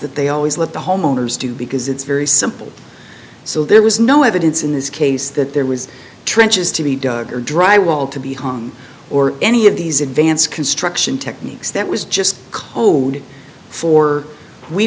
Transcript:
that they always let the homeowners do because it's very simple so there was no evidence in this case that there was trenches to be dug or dry wall to be home or any of these advanced construction techniques that was just code for we